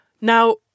Now